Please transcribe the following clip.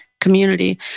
community